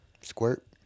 squirt